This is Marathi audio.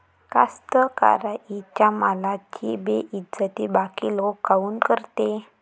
कास्तकाराइच्या मालाची बेइज्जती बाकी लोक काऊन करते?